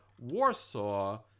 Warsaw